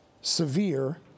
severe